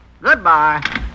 Goodbye